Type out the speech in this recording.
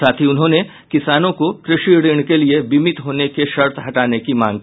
साथ ही उन्होंने किसानों को कृषि ऋण के लिये बीमित होने के शर्त हटाने की मांग की